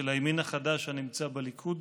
של הימין החדש הנמצא בליכוד,